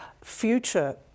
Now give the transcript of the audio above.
future